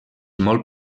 molt